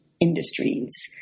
industries